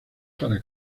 para